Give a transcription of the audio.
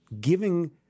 giving